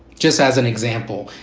just as an example.